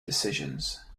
decisions